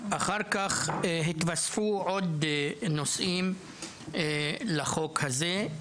אחר כך התווספו עוד נושאים לחוק הזה,